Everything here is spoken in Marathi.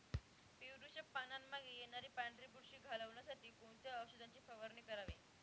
पेरूच्या पानांमागे येणारी पांढरी बुरशी घालवण्यासाठी कोणत्या औषधाची फवारणी करावी?